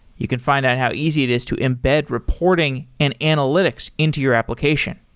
you can find out how easy it is to embed reporting and analytics into your application.